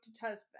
husband